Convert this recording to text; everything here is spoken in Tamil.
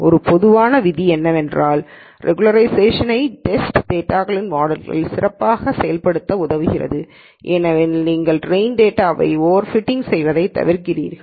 ஒரு பொதுவான விதி என்னவென்றால் ரெகுலராய்சேஷன்ப்படுத்தல் டேஸ்டு டேட்டாகளுடன் மாடல் யை சிறப்பாகச் செயல்படுத்த உதவுகிறது ஏனெனில் நீங்கள் ட்ரெயின் டேட்டாவை ஓவர்பிட்டிங் செய்வதை தவிர்க்கிறீர்கள்